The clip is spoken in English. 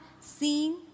seen